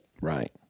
Right